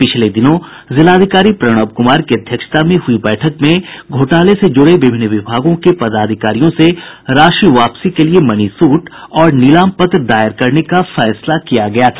पिछले दिनों जिलाधिकारी प्रणव कुमार की अध्यक्षता में हुयी बैठक में घोटाले से जुड़े विभिन्न विभागों के पदाधिकारियों से राशि वापसी के लिये मनी सूट और नीलाम पत्र दायर करने का फैसला किया गया था